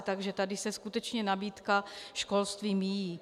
Takže tady se skutečně nabídka školství míjí.